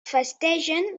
festegen